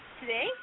today